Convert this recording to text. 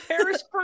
Paris